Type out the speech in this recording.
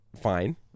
Fine